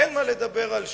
אין מה לדבר על שחרורו.